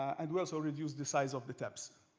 and also reduced the size of the tabs.